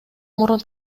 мурун